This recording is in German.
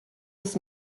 des